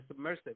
submersive